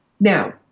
Now